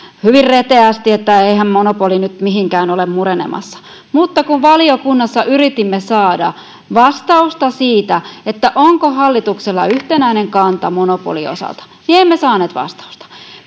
hyvin reteästi että eihän monopoli nyt mihinkään ole murenemassa mutta kun valiokunnassa yritimme saada vastausta siihen onko hallituksella yhtenäinen kanta monopolin osalta niin emme saaneet vastausta